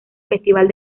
festival